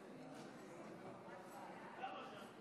48 חברי כנסת מתנגדים.